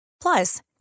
Plus